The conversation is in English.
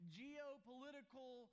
geopolitical